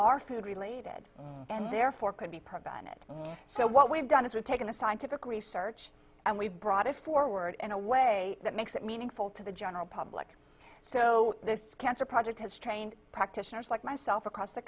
are food related and therefore could be prevented so what we've done is we've taken a scientific research and we've brought it forward in a way that makes it meaningful to the general public so this cancer project has trained practitioners like myself across the